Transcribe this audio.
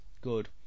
good